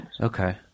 okay